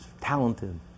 talented